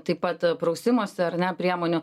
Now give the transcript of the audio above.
taip pat prausimosi ar ne priemonių